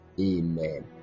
amen